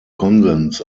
konsens